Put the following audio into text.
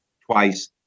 twice